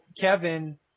Kevin